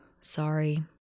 Sorry